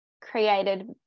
created